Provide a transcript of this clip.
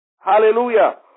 Hallelujah